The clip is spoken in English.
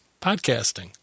podcasting